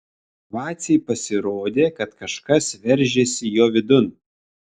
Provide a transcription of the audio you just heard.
vacei pasirodė kad kažkas veržiasi jo vidun